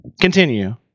Continue